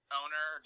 owner